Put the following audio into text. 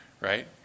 right